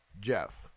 Jeff